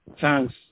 thanks